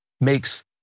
makes